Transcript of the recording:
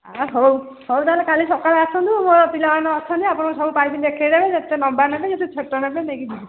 ଆ ହଉ ହଉ ତା'ହେଲେ କାଲି ସକାଳେ ଆନ୍ତୁ ମୋର ପିଲାମାନେ ଅଛନ୍ତି ଆପଣଙ୍କୁ ସବୁ ପାଇପ୍ ଦେଖାଇଦେବେ ଯେତେ ଲମ୍ବା ନେବେ ଯେତେ ଛୋଟ ନେବେ ନେଇକିି ଯିବେ